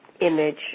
image